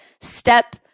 step